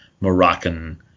moroccan